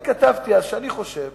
כתבתי אז שאני חושב